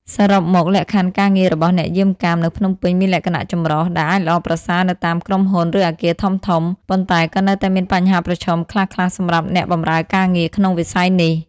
សរុបមក លក្ខខណ្ឌការងាររបស់អ្នកយាមកាមនៅភ្នំពេញមានលក្ខណៈចម្រុះ ដែលអាចល្អប្រសើរនៅតាមក្រុមហ៊ុន ឬអគារធំៗ ប៉ុន្តែក៏នៅតែមានបញ្ហាប្រឈមខ្លះៗសម្រាប់អ្នកបម្រើការងារក្នុងវិស័យនេះ។